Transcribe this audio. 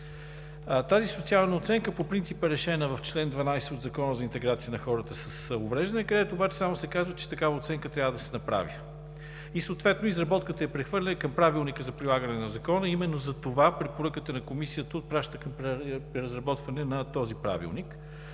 Тази социална оценка по принцип е решена в чл. 12 от Закона за интеграция на хората с увреждания, където обаче само се казва, че такава оценка трябва да се направи и съответно изработката я прехвърля към Правилника за прилагане на Закона. Именно затова препоръката на Комисията отпраща към разработване на този правилник,